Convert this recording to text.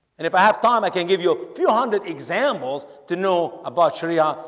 and if i have time i can give you a few hundred examples to know about sharia,